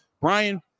Brian